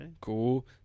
Cool